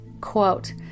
quote